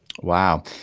Wow